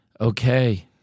okay